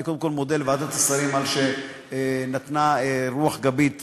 אני קודם כול מודה לוועדת השרים על שנתנה רוח גבית ואישרה,